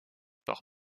par